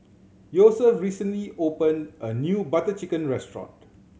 Yosef recently opened a new Butter Chicken restaurant